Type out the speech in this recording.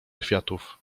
kwiatów